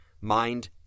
mind